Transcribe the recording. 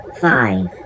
five